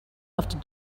after